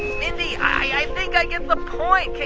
mindy, i think i get the point.